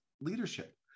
leadership